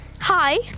hi